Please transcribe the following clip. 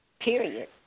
period